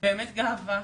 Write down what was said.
באמת גאווה,